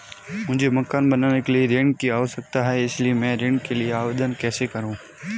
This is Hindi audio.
मुझे मकान बनाने के लिए ऋण की आवश्यकता है इसलिए मैं ऋण के लिए आवेदन कैसे करूं?